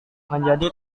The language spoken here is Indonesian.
menjadi